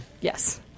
Yes